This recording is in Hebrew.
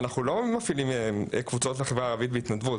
אבל אנחנו לא מפעילים קבוצות לחברה הערבית בהתנדבות,